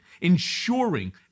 ensuring